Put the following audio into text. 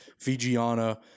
Fijiana